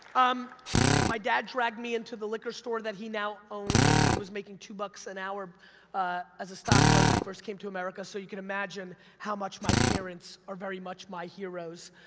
um my dad dragged me into the liquor store that he now owned, he was making two bucks an hour as a stockboy, when he first came to america, so you can imagine how much my parents are very much my heroes.